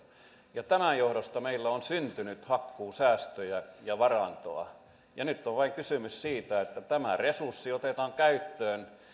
tämän johdosta meille on syntynyt hakkuusäästöjä ja varantoa ja nyt on vain kysymys siitä että tämä resurssi otetaan käyttöön